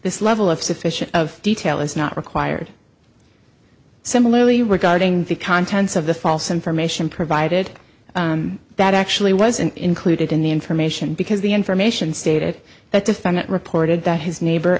this level of sufficient of detail is not required similarly regarding the contents of the false information provided that actually wasn't included in the information because the information stated that defendant reported that his neighbor